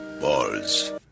balls